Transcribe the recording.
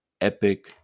epic